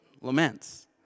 laments